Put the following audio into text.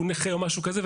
שהוא נכה או משהו כזה,